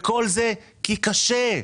כל זה כי קשה.